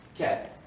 Okay